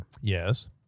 Yes